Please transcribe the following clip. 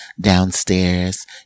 downstairs